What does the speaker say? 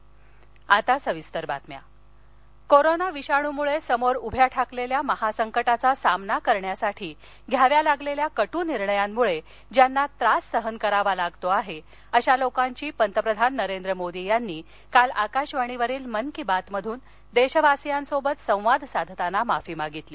मन की बात कोरोना विषाणमुळक्विमोर उभ्या ठाकलल्वा महासंकटाचा सामना करण्यासाठी घ्याव्या लागलल्वा कटू निर्णयांमुळक्व ज्यांना त्रास सहन करावा लागतो आहअिशा लोकांची पंतप्रधान नरेंद्र मोदी यांनी काल आकाशवाणीवरुन मन की बातमधून दध्ववासियांसोबत संवाद साधताना माफी मागितली